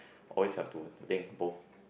always have to link both